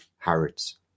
Harrods